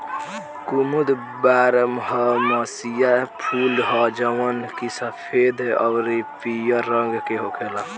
कुमुद बारहमसीया फूल ह जवन की सफेद अउरी पियर रंग के होखेला